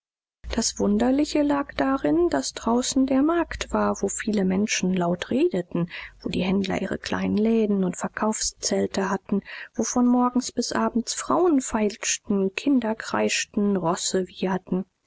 das wunderliche lag darin daß draußen der markt war wo viele menschen laut redeten wo die händler ihre kleinen läden und verkaufszelte hatten wo von morgens bis abends frauen feilschten kinder kreischten rosse wieherten